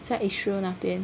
在 Israel 那边